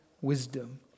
wisdom